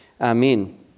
Amen